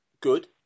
good